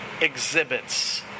exhibits